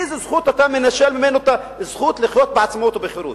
באיזו זכות אתה מנשל אותו מהזכות לחיות בעצמאות או בחירות?